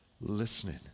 listening